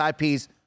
IPs